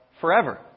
forever